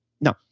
No